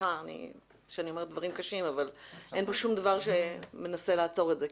סליחה שאני אומרת דברים קשים אבל אין כאן שום דבר שמנסה לעצור את זה.